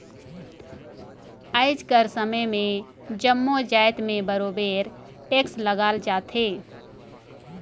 आएज कर समे में जम्मो जाएत में बरोबेर टेक्स लगाल जाथे